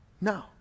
No